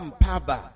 papa